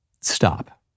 Stop